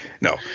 No